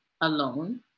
alone